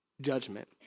judgment